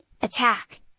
Attack